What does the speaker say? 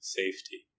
safety